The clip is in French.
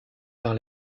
par